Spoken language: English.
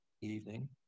evening